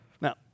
Now